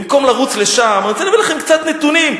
במקום לרוץ לשם אני רוצה להביא לכם קצת נתונים: